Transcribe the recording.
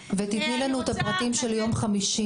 ותתני לנו את הפרטים של יום חמישי.